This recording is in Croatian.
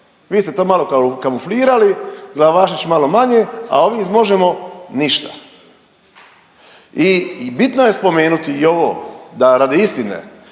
Vi ste to malo kao ukamuflirali, Glavašević malo manje, a ovi iz Možemo! ništa. I bitno je spomenuti i ovo da radi istine